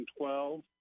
2012